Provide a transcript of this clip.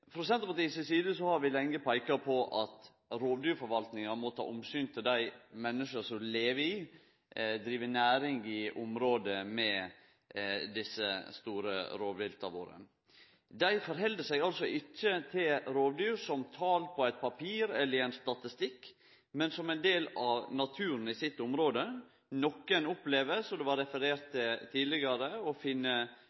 Frå Senterpartiet si side har vi lenge peika på at rovdyrforvaltinga må ta omsyn til dei menneska som lever i og driv næring i område med desse store rovdyra våre. Dei opplever ikkje rovdyr som tal på eit papir eller i ein statistikk, men som ein del av naturen i sitt område. Nokre opplever, som det blei referert